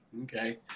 okay